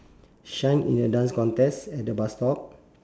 shine in a dance contest at the bus stop